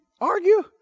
argue